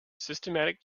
systematic